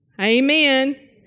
Amen